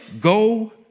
Go